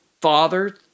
father